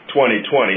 2020